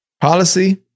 policy